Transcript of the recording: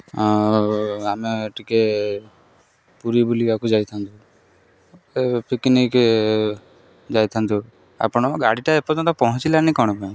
ଆମେ ଟିକିଏ ପୁରୀ ବୁଲିବାକୁ ଯାଇଥାନ୍ତୁ ପିକ୍ନିକ୍ ଯାଇଥାନ୍ତୁ ଆପଣଙ୍କ ଗାଡ଼ିଟା ଏପର୍ଯ୍ୟନ୍ତ ପହଞ୍ଚିଲାନି କ'ଣ ପାଇଁ